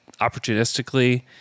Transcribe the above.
opportunistically